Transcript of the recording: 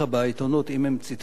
אם הם ציטטו אותך נכון,